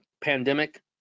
pandemic